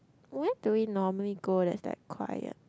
where do we normally go that's like quiet